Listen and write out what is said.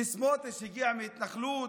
שסמוטריץ' הגיע מהתנחלות?